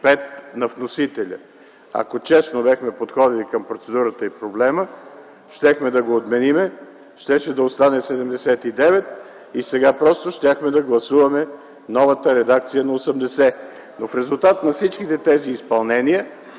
на вносителя. Ако бяхме подходили честно към процедурата и проблема, щяхме да го отменим, щеше да остане чл. 79 и сега щяхме да гласуваме новата редакция на чл. 80. Но в резултат на всички тези изпълнения